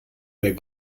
mehr